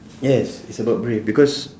yes it's about brave because